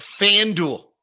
FanDuel